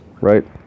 right